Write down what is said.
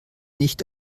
nicht